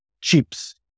chips